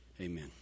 amen